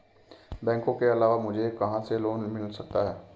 बैंकों के अलावा मुझे कहां से लोंन मिल सकता है?